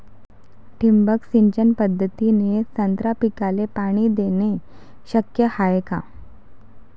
ठिबक सिंचन पद्धतीने संत्रा पिकाले पाणी देणे शक्य हाये का?